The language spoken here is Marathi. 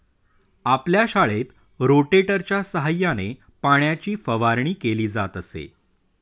आपल्या शाळेत रोटेटरच्या सहाय्याने पाण्याची फवारणी केली जात असे